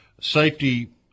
safety